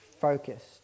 focused